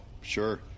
sure